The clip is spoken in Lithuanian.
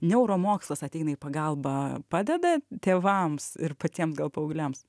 neuromokslas ateina į pagalbą padeda tėvams ir patiems gal paaugliams